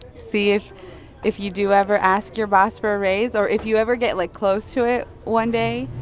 see if if you do ever ask your boss for a raise or if you ever get, like, close to it one day